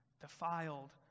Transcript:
defiled